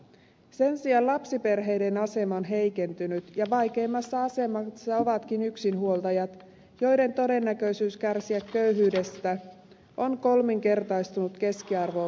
sen sijaan lapsiperheiden asema on heikentynyt ja vaikeimmassa asemassa ovatkin yksinhuoltajat joiden todennäköisyys kärsiä köyhyydestä on kolminkertaistunut keskiarvoon verrattuna